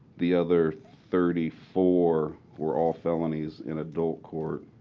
the other thirty four were all felonies in adult court.